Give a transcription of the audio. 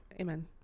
Amen